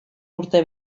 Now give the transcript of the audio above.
urte